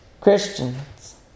Christians